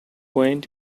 went